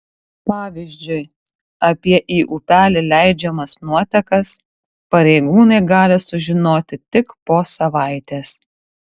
pavyzdžiui apie į upelį leidžiamas nuotekas pareigūnai gali sužinoti tik po savaitės